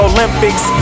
Olympics